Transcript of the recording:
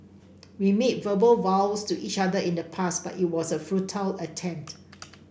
we made verbal vows to each other in the past but it was a futile attempt